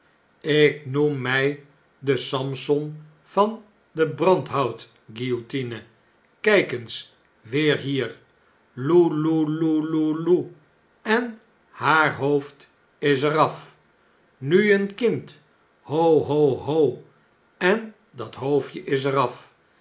ik noem mjj den samson van de brandhoutguillotine kjjk eens weer hier loe loe loe loe loe loe en haar hoofd is er af nu een kind ho ho ho en dat hoofdje is er